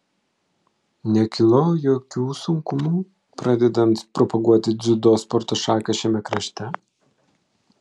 nekilo jokių sunkumų pradedant propaguoti dziudo sporto šaką šiame krašte